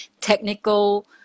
technical